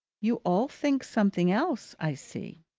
you all think something else, i see.